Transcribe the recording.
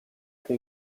era